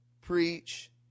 preach